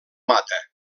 mata